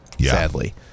sadly